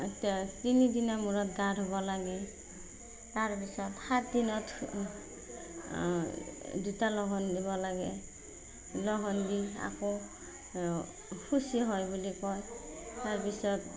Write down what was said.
তিনিদিনৰ মূৰত গা ধুব লাগে তাৰ পিছত সাতদিনত দুটা লঘোন দিব লাগে লঘোন দি আকৌ শুচি হয় বুলি কয় তাৰ পিছত